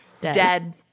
dead